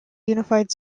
unified